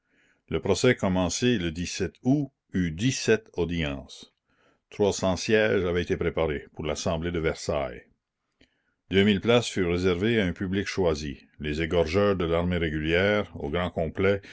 le procès commencé le août eut dix-sept audiences trois cents sièges avaient été préparés pour l'assemblée de versailles deux mille places furent réservées à un public choisi les égorgeurs de l'armée régulière au grand complet